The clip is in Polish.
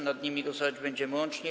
Nad nimi głosować będziemy łącznie.